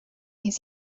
his